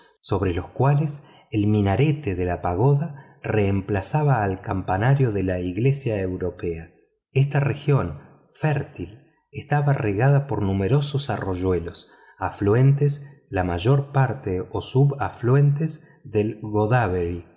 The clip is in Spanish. sobre los cuales el minarete de la pagoda reemplazaba al campanario de la iglesia europea esta región fértil estaba regada por numerosos arroyuelos afluentes la mayor parte o subafluentes del godavery